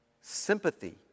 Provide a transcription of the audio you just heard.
sympathy